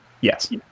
Yes